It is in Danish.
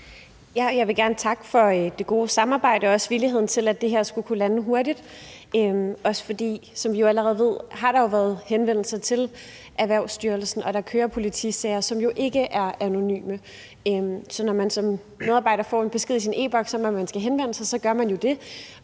Jeg vil gerne takke for det gode samarbejde og også villigheden til, at det her skulle kunne lande hurtigt. Som vi jo allerede ved, har der været henvendelser til Erhvervsstyrelsen, og der kører politisager, som ikke er anonyme. Så når man som medarbejder får en besked i sin e-Boks om, at man skal henvende sig, gør man jo det,